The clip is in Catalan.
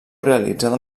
realitzada